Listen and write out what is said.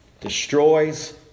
destroys